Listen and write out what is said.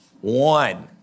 One